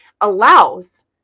allows